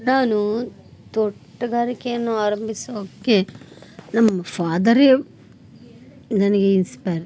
ನಾನು ತೋಟ್ಗಾರಿಕೆಯನ್ನು ಆರಂಭಿಸೋಕೆ ನಮ್ಮ ಫಾದರೆ ನನಗೆ ಇನ್ಸ್ಪಯರ್